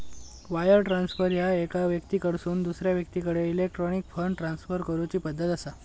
wire transfer ह्या एका व्यक्तीकडसून दुसरा व्यक्तीकडे इलेक्ट्रॉनिक फंड ट्रान्सफर करूची पद्धत असा